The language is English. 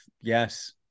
Yes